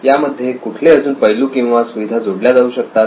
यामध्ये कुठले अजून पैलू किंवा सुविधा जोडल्या जाऊ शकतात